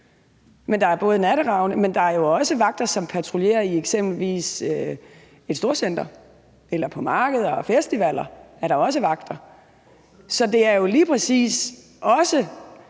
men jo også vagter, som patruljerer eksempelvis i et storcenter eller på markeder og festivaler, hvor der jo også er vagter. Så det er jo lige præcis også